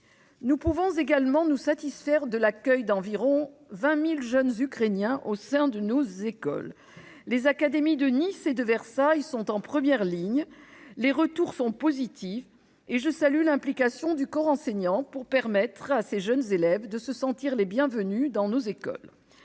Nous pouvons également nous satisfaire de l'accueil d'environ 20 000 jeunes Ukrainiens au sein de nos écoles. Les académies de Nice et de Versailles sont en première ligne. Les retours sont positifs et je salue l'implication du corps enseignant pour permettre à ces jeunes élèves de se sentir les bienvenus dans nos écoles.